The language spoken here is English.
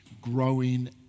growing